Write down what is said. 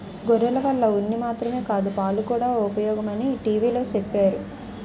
గొర్రెల వల్ల ఉన్ని మాత్రమే కాదు పాలుకూడా ఉపయోగమని టీ.వి లో చెప్పేరు